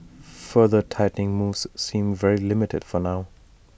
further tightening moves seem very limited for now